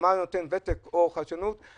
יש לך גם ותק וגם חדשנות.